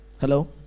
Hello